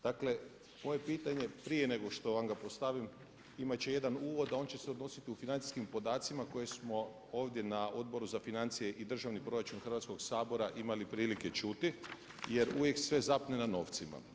Dakle, moje pitanje prije nego što vam ga postavim imat će jedan uvod a on će se odnositi u financijskim podacima koje smo ovdje na Odboru za financije i državni proračun Hrvatskog sabora imali prilike čuti jer uvijek sve zapne na novcima.